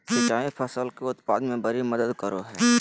सिंचाई फसल के उत्पाद में बड़ी मदद करो हइ